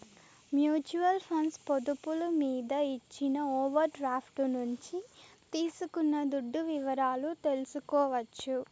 mutual funds పొదుపులు మీద ఇచ్చిన ఓవర్ డ్రాఫ్టు నుంచి తీసుకున్న దుడ్డు వివరాలు తెల్సుకోవచ్చు